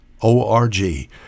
O-R-G